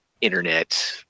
internet